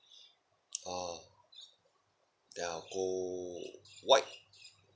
oh ya go white